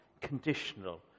conditional